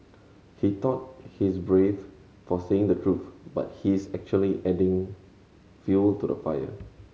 he thought he's brave for saying the truth but he's actually adding fuel to the fire